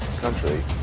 Country